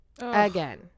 again